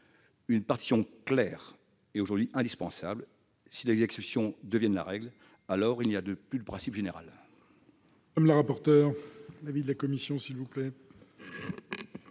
Une partition claire est aujourd'hui indispensable. Si les exceptions deviennent la règle, il n'existe plus de principe général.